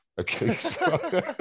Okay